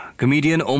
comedian